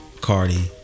Cardi